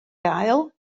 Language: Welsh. gael